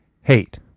hate